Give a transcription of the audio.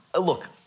look